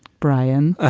brian ah